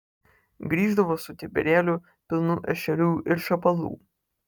grįždavo su kibirėliu pilnu ešerių ir šapalų